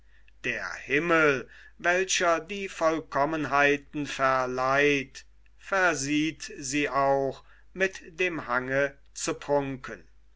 der himmel welcher die vollkommenheiten verleiht versieht sie auch mit dem hange zu prunken